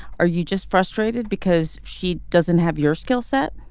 are you just frustrated because she doesn't have your skill set